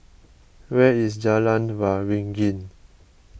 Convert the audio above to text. where is Jalan Waringin